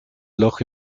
loch